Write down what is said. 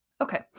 Okay